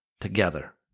together